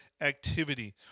activity